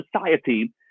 society